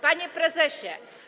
Panie Prezesie!